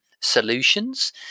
solutions